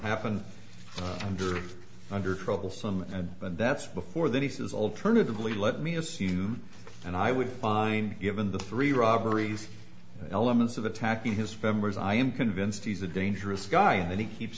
happened under troublesome and that's before that he says alternatively let me assume and i would fine given the three robberies elements of attacking his family's i am convinced he's a dangerous guy and he keeps